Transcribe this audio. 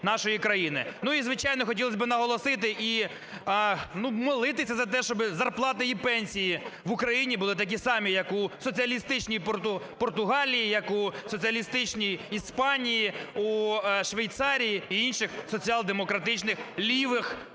Ну, і, звичайно, хотілось би наголосити і, ну, молитися за те, щоби зарплати і пенсії в Україні були такі самі, як у соціалістичній Португалії, як у соціалістичній Іспанії, у Швейцарії і інших соціал-демократичних лівих